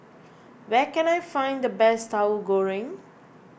where can I find the best Tahu Goreng